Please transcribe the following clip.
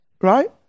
Right